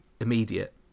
immediate